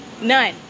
None